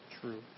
true